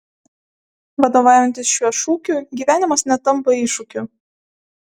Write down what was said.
vadovaujantis šiuo šūkiu gyvenimas netampa iššūkiu